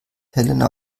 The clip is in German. helena